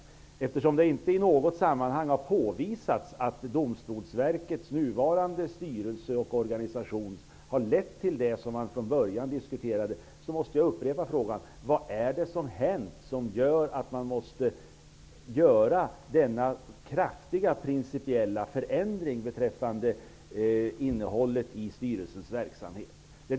Eftersom det inte i något sammanhang har påvisats att Domstolsverkets nuvarande styrelse och organisation har lett till det som man från början diskuterade, måste jag upprepa frågan. Vad är det som har hänt som gör att denna kraftiga principiella förändring beträffande innehållet i styrelsens verksamhet måste göras?